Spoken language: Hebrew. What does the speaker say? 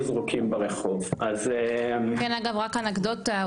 זרוקים ברחוב אז -- כן אגב רק אנקדוטה,